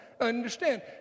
Understand